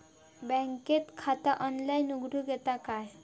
बँकेत खाता ऑनलाइन उघडूक येता काय?